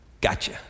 Gotcha